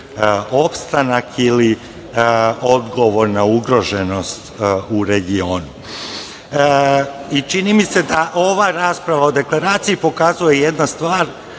opstanak ili odgovor na ugroženost u regionu. Čini mi se da ova rasprava o deklaraciji pokazuje jednu stvar,